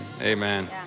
amen